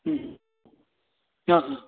हं